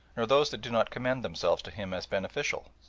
nor those that do not commend themselves to him as beneficial,